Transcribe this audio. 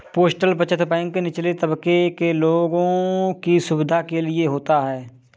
postal बचत bank निचले तबके के लोगों की सुविधा के लिए होता है